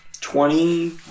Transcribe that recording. Twenty